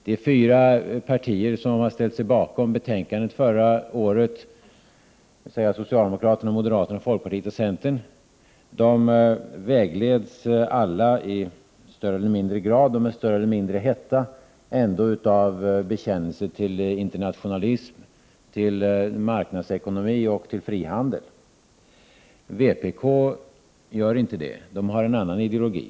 De fyra partier som har ställt sig bakom betänkandet förra året, dvs. socialdemokraterna, moderaterna, folkpartiet och centern, vägleds alla i större eller mindre grad och med större eller mindre hetta av bekännelse till internationalism, marknadsekonomi och frihandel. Vpk gör inte det. Det partiet har en annan ideologi.